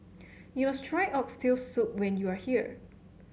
you must try Oxtail Soup when you are here